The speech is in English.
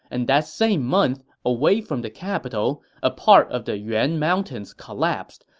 and that same month, away from the capital, a part of the yuan mountains collapsed,